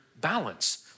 balance